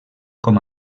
com